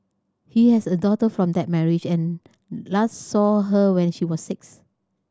he has a daughter from that marriage and last saw her when she was six